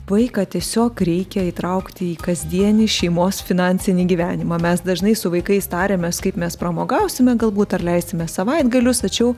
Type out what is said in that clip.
vaiką tiesiog reikia įtraukti į kasdienį šeimos finansinį gyvenimą mes dažnai su vaikais tariamės kaip mes pramogausime galbūt ar leisime savaitgalius tačiau